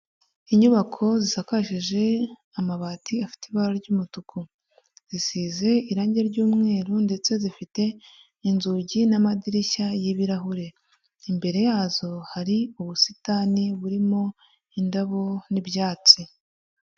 Inyubako zisakajije amabati afite ibara ry'umutuku zisize irangi ry'umweru ndetse zifite inzugi n'amadirishya y'ibirahure, imbere yazo hari ubusitani burimo indabo n'ibyatsi.